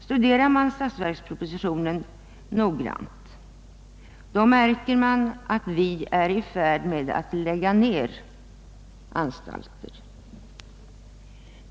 Studerar man statsverkspropositionen noggrant märker man att vi är i färd med att lägga ned anstalter.